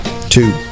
Two